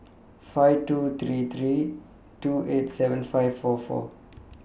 five two three three two eight seven five four four